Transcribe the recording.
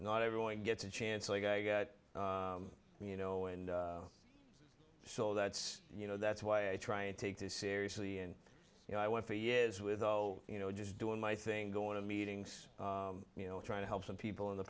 not everyone gets a chance like i got you know and so that's you know that's why i try and take this seriously and you know i went for years with oh you know just doing my thing going to meetings you know trying to help some people in the